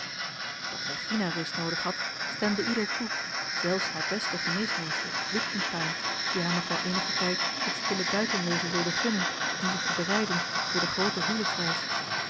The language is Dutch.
dat regina rust noodig had stemde ieder toe zelfs haar beste geneesmeester witgensteyn die haar nog wel eenigen tijd het stille buitenleven wilde gunnen om zich te bereiden voor de groote huwelijksreis